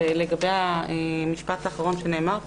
אני יכולה לומר רק משפט אחד קטן לגבי המשפט האחרון שנאמר פה?